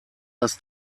das